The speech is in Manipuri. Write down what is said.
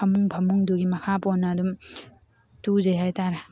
ꯐꯃꯨꯡ ꯐꯃꯨꯡꯗꯨꯒꯤ ꯃꯈꯥ ꯄꯣꯟꯅ ꯑꯗꯨꯝ ꯇꯨꯖꯩ ꯍꯥꯏꯇꯥꯔꯦ